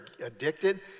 addicted